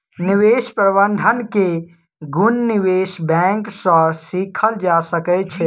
निवेश प्रबंधन के गुण निवेश बैंक सॅ सीखल जा सकै छै